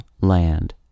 Land